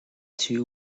two